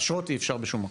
אשרות אי אפשר בשום מקום.